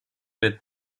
bit